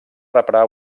reparar